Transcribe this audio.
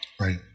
Right